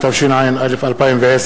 התשע"א 2010,